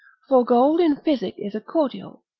for gold in physic is a cordial,